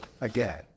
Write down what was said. again